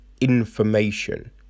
information